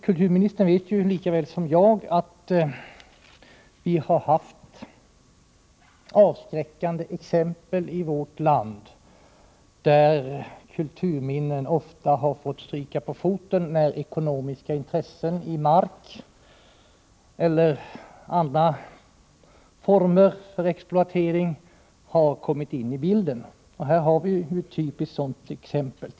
Kulturministern vet lika väl som jag att det i vårt land har funnits avskräckande exempel på att kulturminnen har fått stryka på foten när ekonomiska intressen i mark eller andra former av exploatering har kommit in i bilden. Här har vi nu ett typiskt, klassiskt sådant exempel.